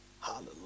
Hallelujah